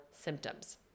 symptoms